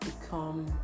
become